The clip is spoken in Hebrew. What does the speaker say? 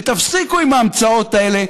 ותפסיקו עם ההמצאות האלה.